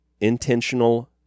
intentional